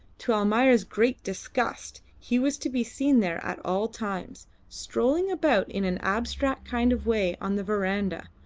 to almayer's great disgust he was to be seen there at all times, strolling about in an abstracted kind of way on the verandah,